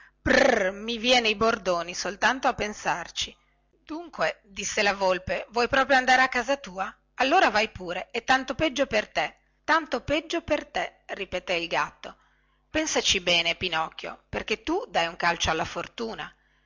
brrr mi viene i bordoni soltanto a pensarci dunque disse la volpe vuoi proprio andare a casa tua allora vai pure e tanto peggio per te tanto peggio per te ripeté il gatto pensaci bene pinocchio perché tu dai un calcio alla fortuna